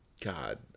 god